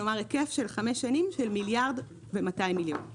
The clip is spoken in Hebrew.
כלומר 1.2 מיליארד לחמש שנים.